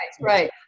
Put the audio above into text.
Right